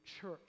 church